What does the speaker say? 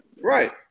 Right